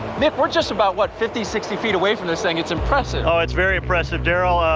mic, we're just about what? fifty sixty feet away from this thing. it's impressive. oh, it's very impressive derrol. ah,